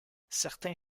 certains